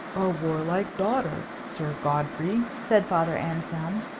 a warlike daughter, sir godfrey! said father anselm.